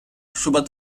şubat